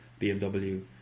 BMW